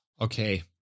Okay